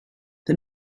the